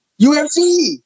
UFC